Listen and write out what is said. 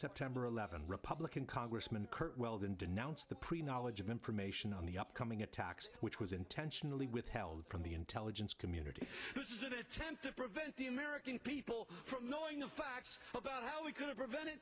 september eleventh republican congressman curt weldon denounced the pre knowledge of information on the upcoming attacks which was intentionally withheld from the intelligence community this is an attempt to prevent the american people from knowing the facts about how we could have prevented